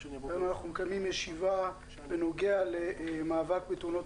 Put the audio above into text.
אנחנו מקיימים ישיבה בנוגע למאבק בתאונות